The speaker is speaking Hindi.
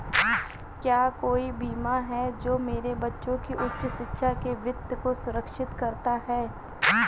क्या कोई बीमा है जो मेरे बच्चों की उच्च शिक्षा के वित्त को सुरक्षित करता है?